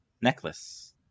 necklace